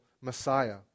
Messiah